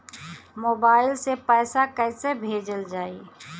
Mobile से पैसा कैसे भेजल जाइ?